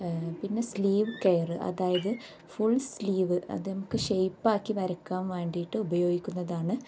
പിന്നെ sleeve care അതായത് full sleeve അത് നമുക്ക് ഷേയിപ്പാക്കി വരക്കാൻ വേണ്ടിയിട്ട് ഉപയോഗിക്കുന്നതാണ്